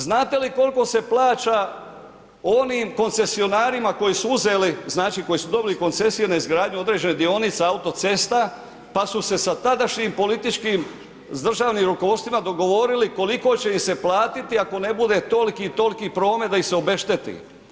Znate li koliko se plaća onim koncesionarima koji su uzeli, znači koji su dobili koncesiju na izgradnju određene dionice autocesta pa su se sa tadašnjim političkim, s državnim rukovodstvima dogovorili koliko će im se platiti ako ne bude toliki i toliki promet da ih se obešteti.